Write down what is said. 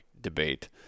debate